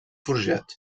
forjat